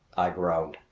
i groaned.